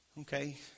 Okay